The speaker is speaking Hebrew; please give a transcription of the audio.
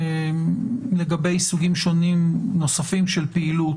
לגבי סוגים שונים נוספים של פעילות,